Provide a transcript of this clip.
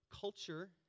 Culture